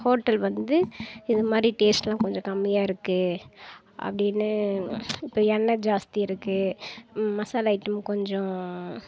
hotel வந்து இது மாதிரி டேஸ்ட்லாம் கொஞ்சம் கம்மியாக இருக்குது அப்படின்னு இப்போ எண்ணெ ஜாஸ்தி இருக்குது மசாலா ஐட்டம் கொஞ்சம்